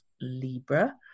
Libra